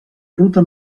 ruta